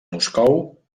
moscou